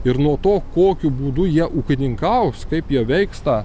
ir nuo to kokiu būdu jie ūkininkaus kaip jo veiks tą